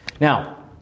Now